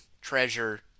treasure